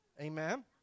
amen